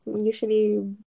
usually